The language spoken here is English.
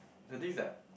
the thing is that